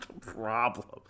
problem